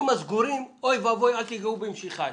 הסגורים הם בבחינת "אל תגעו במשיחי".